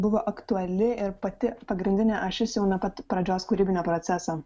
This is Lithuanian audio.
buvo aktuali ir pati pagrindinė ašis jau nuo pat pradžios kūrybinio proceso